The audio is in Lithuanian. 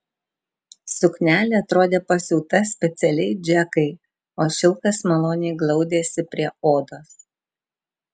suknelė atrodė pasiūta specialiai džekai o šilkas maloniai glaudėsi prie odos